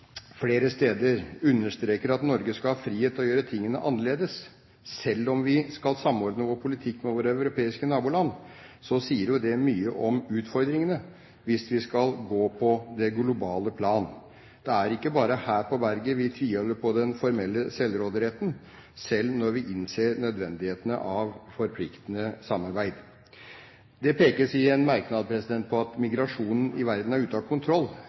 flere steder understreker at Norge skal ha frihet til å gjøre tingene annerledes, selv om vi skal samordne vår politikk med våre europeiske naboland, så sier det mye om utfordringene hvis vi skal gå på det globale plan. Det er ikke bare her på berget vi tviholder på den formelle selvråderetten, selv når vi innser nødvendigheten av forpliktende samarbeid. Det pekes i en merknad på at migrasjonen i verden er ute av kontroll.